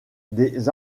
des